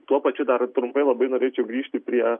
tuo pačiu dar trumpai labai norėčiau grįžti prie